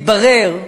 מתברר,